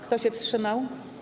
Kto się wstrzymał?